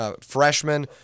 freshman